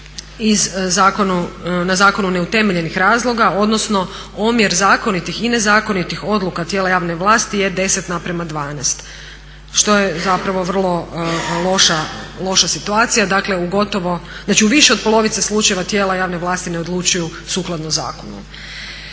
na zakonu ne utemeljenih razloga odnosno omjer zakonitih i nezakonitih odluka tijela javne vlasti je 10:12 što je vrlo loša situacija, znači u više od polovice slučajeva tijela javne vlasti ne odlučuju sukladno zakonu.